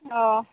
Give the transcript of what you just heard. अ